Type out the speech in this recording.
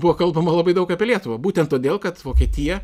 buvo kalbama labai daug apie lietuvą būtent todėl kad vokietija